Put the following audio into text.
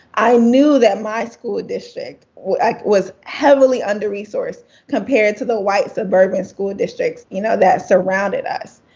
i knew that my school district was was heavily underresourced compared to the white suburban school districts, you know, that surrounded us.